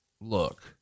look